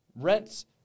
rents